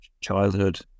childhood